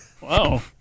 Wow